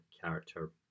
character